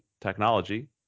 technology